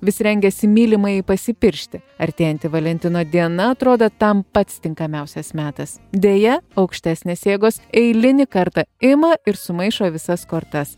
vis rengėsi mylimajai pasipiršti artėjanti valentino diena atrodo tam pats tinkamiausias metas deja aukštesnės jėgos eilinį kartą ima ir sumaišo visas kortas